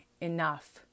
enough